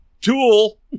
Tool